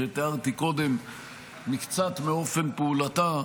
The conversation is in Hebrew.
שתיארתי קודם מקצת מאופן פעולתה,